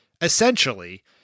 essentially